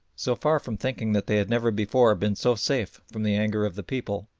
so far from thinking that they had never before been so safe from the anger of the people,